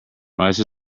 rice